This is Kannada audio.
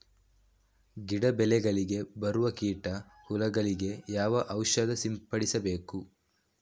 ಗಿಡ, ಬೆಳೆಗಳಿಗೆ ಬರುವ ಕೀಟ, ಹುಳಗಳಿಗೆ ಯಾವ ಔಷಧ ಸಿಂಪಡಿಸಬೇಕು?